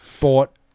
Bought